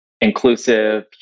inclusive